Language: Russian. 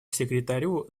секретарю